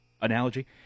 analogy